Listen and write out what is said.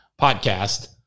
Podcast